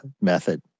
method